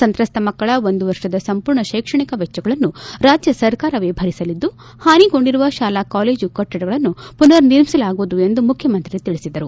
ಸಂತ್ರಸ್ಥರ ಮಕ್ಕಳ ಒಂದು ವರ್ಷದ ಸಂಪೂರ್ಣ ಶೈಕ್ಷಣಿಕ ವೆಚ್ಚಗಳನ್ನು ರಾಜ್ಯ ಸರ್ಕಾರವೇ ಭರಿಸಲಿದ್ದು ಹಾನಿಗೊಂಡಿರುವ ಶಾಲಾ ಕಾಲೇಜು ಕಟ್ಟಡಗಳನ್ನು ಪುನರ್ ನಿರ್ಮಿಸಲಾಗುವುದು ಎಂದು ಮುಖ್ಯಮಂತ್ರಿ ತಿಳಿಸಿದರು